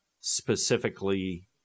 Specifically